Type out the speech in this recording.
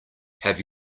have